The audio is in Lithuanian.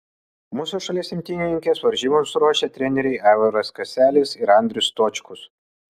mūsų šalies imtynininkes varžyboms ruošė treneriai aivaras kaselis ir andrius stočkus